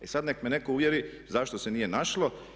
I sada neka me netko uvjeri zašto se nije našlo.